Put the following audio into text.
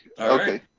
Okay